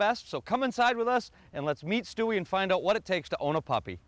best so come inside with us and let's meet stewie and find out what it takes to own a poppy